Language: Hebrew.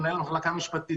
מנהל המחלקה המשפטית,